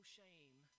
shame